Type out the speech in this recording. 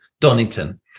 Donington